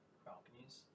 balconies